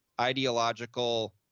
ideological